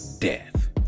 death